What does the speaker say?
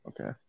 Okay